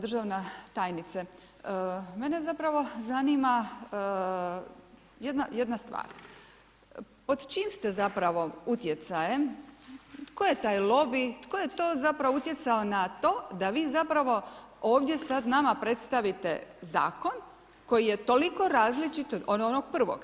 Državna tajnice, mene zapravo zanima, jedna stvar, pod čijem zapravo utjecajem tko je taj lobij, tko je to zapravo utjecao na to da vi zapravo, ovdje sada nama predstavite zakon, koji je toliko različit od onog prvo.